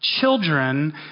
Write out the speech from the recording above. children